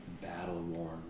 battle-worn